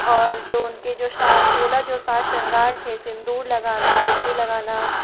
और जो उनके जो सा सोलह जो सा श्रृंगार थे सिंदूर लगाना बिंदी लगाना